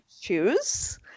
choose